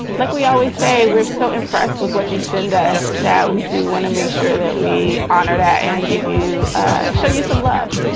like we always say, we're so impressed with what you send us that we do want to make sure that we honor that and give you show you some love